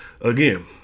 again